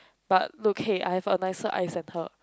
but okay I have a nicer eyes than her